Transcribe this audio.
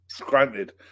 granted